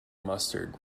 mustard